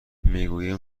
میگویم